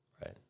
Right